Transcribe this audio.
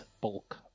bulk